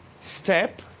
step